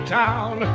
town